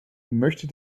möchte